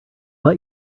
let